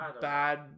bad